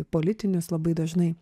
politinius labai dažnai